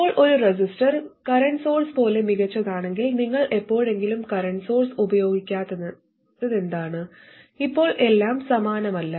ഇപ്പോൾ ഒരു resistor current source പോലെ മികച്ചതാണെങ്കിൽ നിങ്ങൾ എപ്പോഴെങ്കിലും കറന്റ് സോഴ്സ് ഉപയോഗിക്കാത്തതെന്താണ് ഇപ്പോൾ എല്ലാം സമാനമല്ല